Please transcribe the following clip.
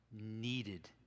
needed